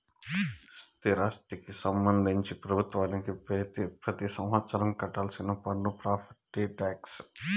స్థిరాస్తికి సంబంధించి ప్రభుత్వానికి పెతి సంవత్సరం కట్టాల్సిన పన్ను ప్రాపర్టీ టాక్స్